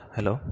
Hello